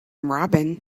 robin